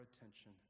attention